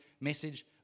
message